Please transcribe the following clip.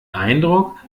eindruck